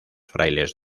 frailes